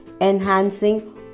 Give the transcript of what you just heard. enhancing